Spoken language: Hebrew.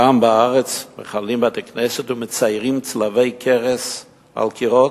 כאן בארץ מחללים בתי-כנסת ומציירים צלבי קרס על קירות?